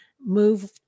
move